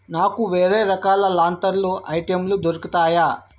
నాకు వేరే రకాల లాంతరులు ఐటెంలు దొరుకుతాయా